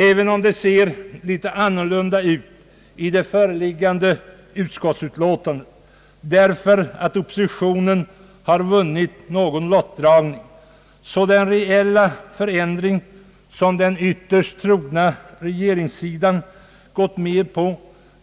Även om det ser något annorlunda ut i det föreliggande utskottsutlåtandet därför att oppositionen har vunnit någon lottdragning, så är den reella förändring som den ytterst trogna regeringssidan gått med på